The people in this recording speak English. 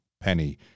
penny